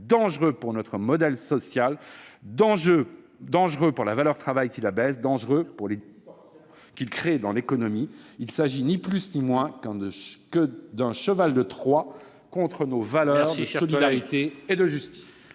dangereux pour notre modèle social, dangereux pour la valeur travail, qu'il abaisse, dangereux par les distorsions qu'il crée dans l'économie. Il ne s'agit ni plus ni moins que d'un cheval de Troie contre nos valeurs de solidarité et de justice.